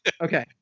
Okay